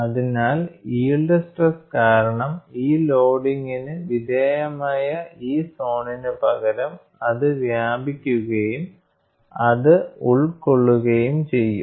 അതിനാൽ yield stress കാരണം ഈ ലോഡിംഗിന് വിധേയമായ ഈ സോണിന് പകരം അത് വ്യാപിക്കുകയും അത് ഉൾക്കൊള്ളുകയും ചെയ്യും